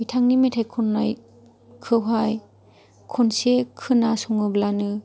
बिथांनि मेथाइ खननायखौहाय खनसे खोनासङोब्लानो